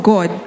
God